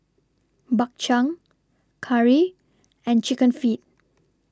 Bak Chang Curry and Chicken Feet